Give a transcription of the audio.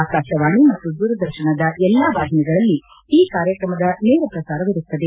ಆಕಾಶವಾಣಿ ಮತ್ತು ದೂರದರ್ಶನದ ಎಲ್ಲಾ ವಾಹಿನಿಗಳಲ್ಲಿ ಈ ಕಾರ್ಯಕ್ರಮದ ನೇರ ಪ್ರಸಾರವಿರುತ್ತದೆ